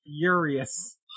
furious